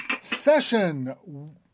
session